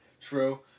True